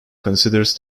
considers